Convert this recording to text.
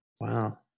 Wow